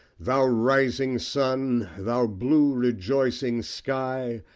thou rising sun! thou blue rejoicing sky!